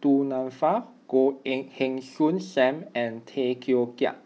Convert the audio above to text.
Du Nanfa Goh Heng Soon Sam and Tay Teow Kiat